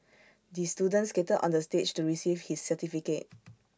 the student skated onto the stage to receive his certificate